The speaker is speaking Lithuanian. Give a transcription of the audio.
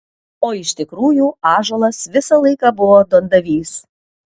o iš tikrųjų ąžuolas visą laiką buvo duondavys